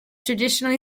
traditionally